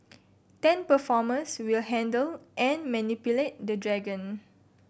ten performers will handle and manipulate the dragon